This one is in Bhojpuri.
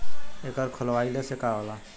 एकर खोलवाइले से का होला?